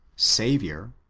saviour,